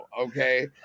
okay